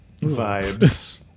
vibes